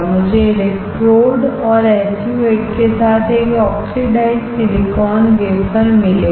मुझे इलेक्ट्रोड और SU 8 के साथ एक ऑक्सीडाइज्ड सिलिकॉन वेफरमिलेगा